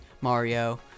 Mario